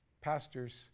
pastors